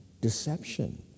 Deception